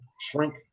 shrink